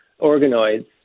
organoids